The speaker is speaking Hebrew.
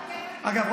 אגב,